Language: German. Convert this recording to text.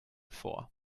vor